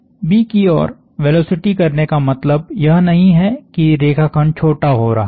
B की ओर velocity करने का मतलब यह नहीं है कि रेखाखंड छोटा हो रहा है